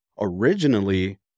originally